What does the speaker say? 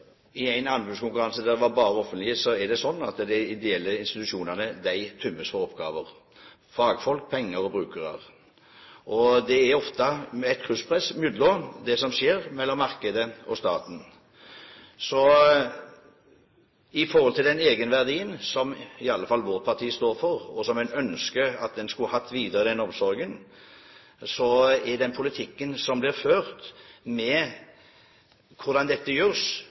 I en anbudskonkurranse var det bare offentlige, og det er sånn at de ideelle institusjonene tømmes for oppgaver, fagfolk, penger og brukere. Det er ofte et krysspress mellom det som skjer i markedet, og staten. Så den egenverdien, som i alle fall vårt parti står for, ønsker en å ha med videre i den omsorgen, i den politikken som blir ført, hvordan dette